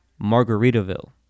Margaritaville